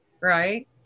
right